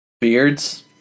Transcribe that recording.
Beards